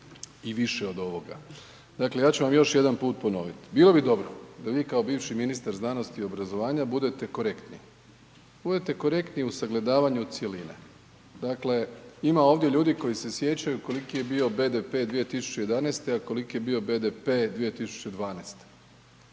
i više od ovoga. Dakle, ja ću vam još jedan put ponovit, bilo bi dobro da vi kao bivši ministar znanosti i obrazovanja budete korektni, budete korektni u sagledavanju cjeline. Dakle, ima ovdje ljudi koji se sjećaju koliki je bio BDP 2011., a koliki je bio BDP 2012.